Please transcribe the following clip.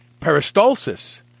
peristalsis